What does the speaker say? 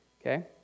Okay